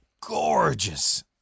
gorgeous